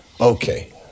Okay